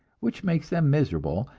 which makes them miserable,